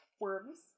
Worms